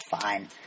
fine